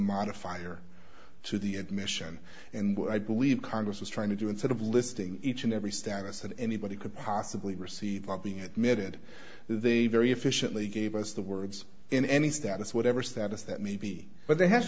modifier to the admission and i believe congress is trying to do instead of listing each and every status that anybody could possibly receive by being admitted they very efficiently gave us the words in any status whatever status that maybe but they ha